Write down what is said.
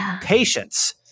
patience